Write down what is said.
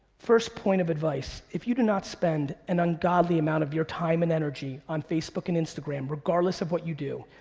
first point of advice, if you do not spend an ungodly amount of your time and energy on facebook and instagram, regardless of what you do,